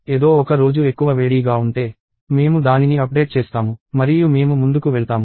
ఎదో ఒక రోజు ఎక్కువ వేడీ గా ఉంటే మేము దానిని అప్డేట్ చేస్తాము మరియు మేము ముందుకు వెళ్తాము